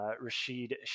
Rashid